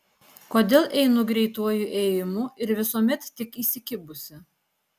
kodėl einu greituoju ėjimu ir visuomet tik įsikibusi